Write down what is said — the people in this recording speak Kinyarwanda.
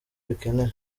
bikenewe